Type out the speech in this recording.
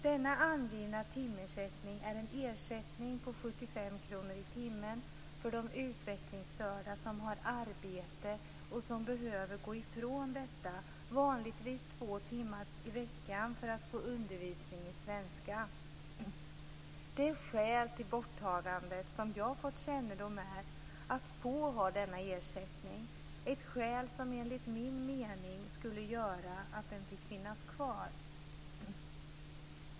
Denna angivna timersättning är en ersättning på 75 kr i timmen för de utvecklingsstörda som har arbete och som behöver gå ifrån detta vanligtvis två timmar i veckan för att få undervisning i svenska. Det skäl till borttagandet som jag fått kännedom om är att få har denna ersättning, ett skäl som enligt min mening skulle göra att den fick finnas kvar.